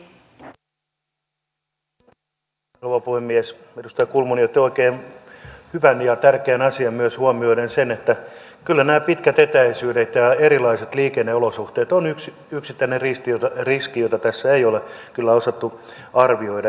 edustaja kulmuni otti oikein hyvän ja tärkeän asian myös huomioon että kyllä nämä pitkät etäisyydet ja erilaiset liikenneolosuhteet ovat yksi riski jota tässä ei ole kyllä osattu arvioida